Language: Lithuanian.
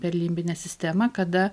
per limbinę sistemą kada